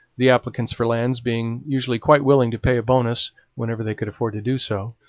the applicants for lands being usually quite willing to pay a bonus whenever they could afford to do so.